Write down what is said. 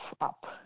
up